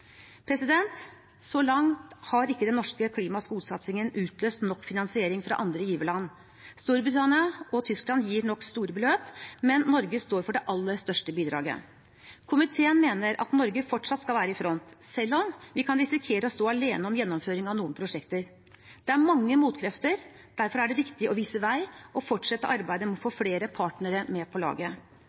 Så langt har ikke den norske klima- og skogsatsingen utløst nok finansiering fra andre giverland. Storbritannia og Tyskland gir nok store beløp, men Norge står for det aller største bidraget. Komiteen mener at Norge fortsatt skal være i front, selv om vi kan risikere å stå alene om gjennomføringen av noen prosjekter. Det er mange motkrefter. Derfor er det viktig å vise vei og fortsette arbeidet med å få flere partnere med på laget.